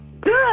Good